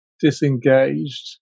disengaged